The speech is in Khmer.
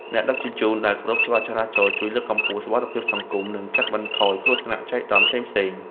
អ្នកដឹកជញ្ជូនដែលគោរពច្បាប់ចរាចរណ៍ជួយលើកកម្ពស់សុវត្ថិភាពសង្គម និងកាត់បន្ថយគ្រោះថ្នាក់ចៃដន្យផ្សេងៗ។